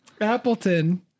Appleton